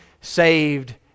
saved